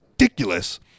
ridiculous